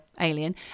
alien